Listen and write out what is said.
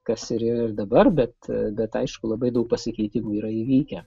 kas yra ir dabar bet bet aišku labai daug pasikeitimų yra įvykę